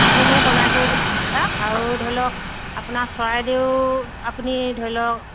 আহোমে বনাই থৈ যোৱা আৰু ধৰি লওক আপোনাৰ চৰাইদেউ আপুনি ধৰি লওক